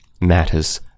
matters